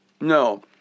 No